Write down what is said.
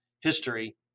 history